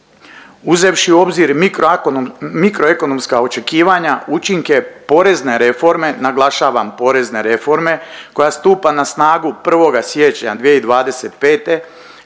Uzevši u obzir mikroekonomska očekivanja, učinke porezne reforme, naglašavam porezne reforme koja stupa na snagu 1. siječnja 2025.